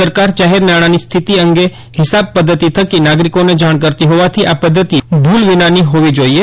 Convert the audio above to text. સરકાર જાહેર નાણાની સ્થિતિ અંગે હિસાબ પદ્ધતિ થકી નાગરિકોને જાણ કરતી હોવાથી આ પદ્ધતિ ભૂલ વિનાની હોવી જોઇએ